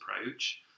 approach